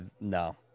no